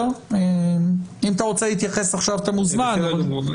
אם אתה רוצה להתייחס עכשיו, אתה מוזמן.